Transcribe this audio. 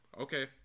Okay